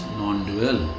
non-dual